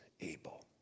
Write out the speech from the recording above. able